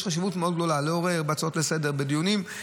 ויש חשיבות גדולה מאוד לעורר בהצעות לסדר-היום ובדיונים,